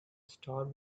star